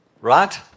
Right